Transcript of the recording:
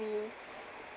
we